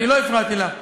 אני לא הפרעתי לך.